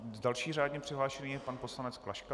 Další řádně přihlášený je pan poslanec Klaška.